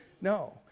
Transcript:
No